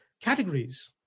categories